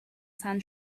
sun